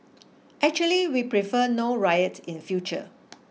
actually we prefer no riot in future